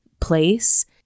place